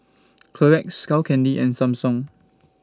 Clorox Skull Candy and Samsung